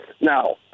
Now